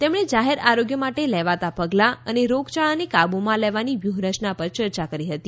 તેમણે જાહેર આરોગ્ય માટે લેવાતા પગલા અને રોગયાળાને કાબુમાં લેવાની વ્યૂહરચના પર ચર્ચા કરી હતી